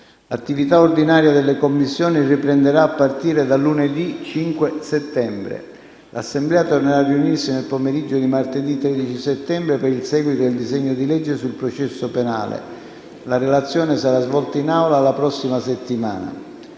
L'attività ordinaria delle Commissioni riprenderà a partire da lunedì 5 settembre. L'Assemblea tornerà a riunirsi nel pomeriggio di martedì 13 settembre per il seguito del disegno di legge sul processo penale. La relazione sarà svolta in Aula la prossima settimana.